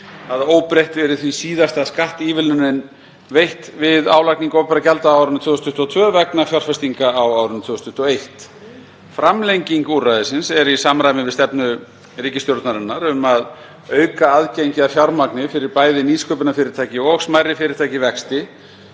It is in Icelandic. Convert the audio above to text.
Að óbreyttu yrði því síðasta skattívilnunin veitt við álagningu opinberra gjalda á árinu 2022 vegna fjárfestinga á árinu 2021. Framlenging úrræðisins er í samræmi við stefnu ríkisstjórnarinnar um að auka aðgengi að fjármagni fyrir bæði nýsköpunarfyrirtæki og smærri fyrirtæki í vexti